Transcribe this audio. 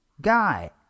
guy